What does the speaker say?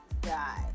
die